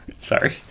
sorry